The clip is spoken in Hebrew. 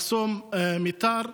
מחסום מיתר,